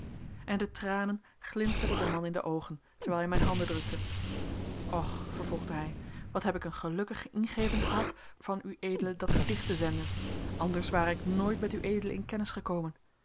en de tranen glinsterden den man in de oogen terwijl hij mijn handen drukte och vervolgde hij wat heb ik een gelukkige ingeving gehad van ued dat gedicht te zenden anders ware ik nooit met ued in kennis gekomen